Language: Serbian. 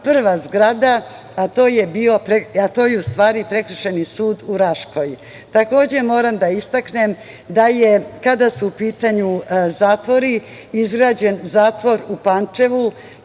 prva zgrada, a to je u stvari Prekršajni sud u Raškoj. Takođe moram da istaknem kada su u pitanju zatvori, izgrađen zatvor u Pančevu